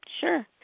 Sure